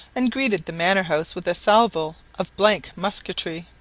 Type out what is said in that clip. and greeted the manor-house with a salvo of blank musketry.